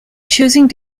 choosing